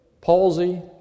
palsy